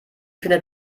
findet